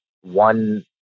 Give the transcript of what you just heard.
one